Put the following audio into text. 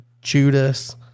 Judas